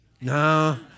No